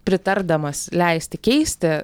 pritardamas leisti keisti